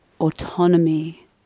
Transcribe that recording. autonomy